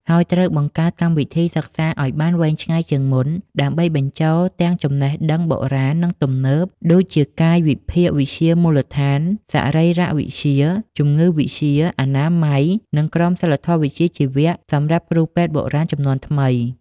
ហើយត្រូវបង្កើតកម្មវិធីសិក្សាអោយបានវែងឆ្ងាយជាងមុន ដើម្បីបញ្ចូលទាំងចំណេះដឹងបុរាណ និងទំនើប ដូចជាកាយវិភាគវិទ្យាមូលដ្ឋាន សរីរវិទ្យា ជំងឺវិទ្យា អនាម័យ និងក្រមសីលធម៌វិជ្ជាជីវៈ សម្រាប់គ្រូពេទ្យបុរាណជំនាន់ថ្មី។